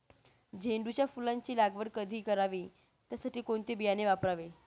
झेंडूच्या फुलांची लागवड कधी करावी? त्यासाठी कोणते बियाणे वापरावे?